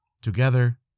Together